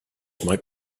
might